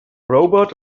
robot